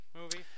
movie